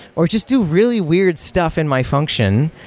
or just do really weird stuff in my function,